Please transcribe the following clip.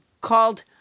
called